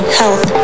health